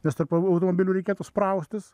nes tarp au automobilių reikėtų spraustis